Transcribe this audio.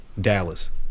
Dallas